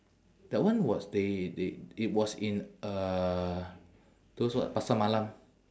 that one was they they it was in uh those what pasar malam